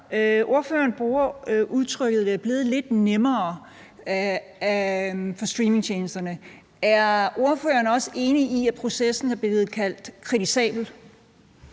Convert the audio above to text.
Ordføreren bruger udtrykket, at det er blevet lidt nemmere for streamingtjenesterne. Er ordføreren også enig i, at processen er blevet kaldt kritisabel?